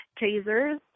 tasers